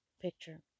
picture